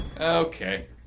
Okay